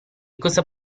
cosa